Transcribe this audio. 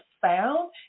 found